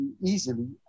easily